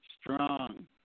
strong